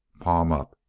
palm up.